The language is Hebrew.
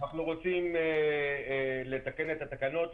אנחנו רוצים לתקן את התקנות,